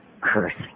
cursing